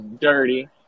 dirty